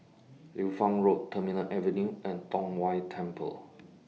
Liu Fang Road Terminal Avenue and Tong Whye Temple